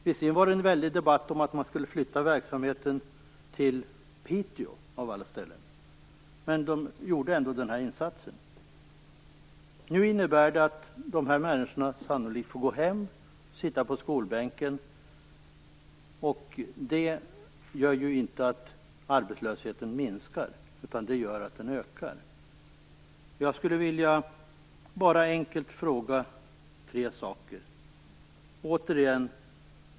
Visserligen förekom det en debatt om att verksamheten skulle flyttas till Piteå - av alla ställen - men företaget genomförde ändå dessa förbättringar. Nu kommer de anställda vid företaget sannolikt att få gå hem eller sitta på skolbänken. Detta gör ju inte att arbetslösheten minskar, utan det gör att den ökar. Jag vill ställa ett par frågor till statsrådet.